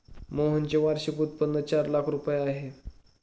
मोहनचे वार्षिक उत्पन्न चार लाख रुपये आहे